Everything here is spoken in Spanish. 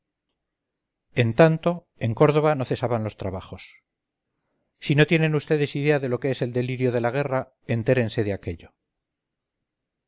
en tanto en córdoba no cesaban los trabajos si no tienen vds idea de lo que es el delirio de la guerra entérense de aquello